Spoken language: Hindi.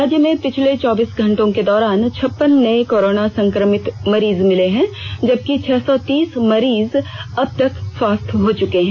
राज्य में पिछले चौबीस घटे के दौरान छप्पन नये कोरोना संक्रमित मरीज मिले हैं जबकि छह सौ तीस मरीज अब तक स्वस्थ हो चुके हैं